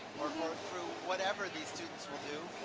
or through whatever these students will do,